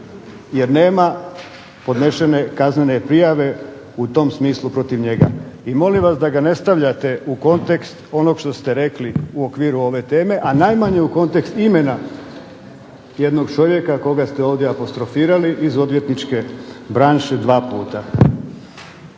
jer nema podnesene kaznene prijave u tom smislu protiv njega. I molim vas da ga ne stavljate u kontekst onog što ste rekli u okviru ove teme, a najmanje u kontekst imena jednog čovjeka koga ste ovdje apostrofirali iz odvjetničke branše 2 puta.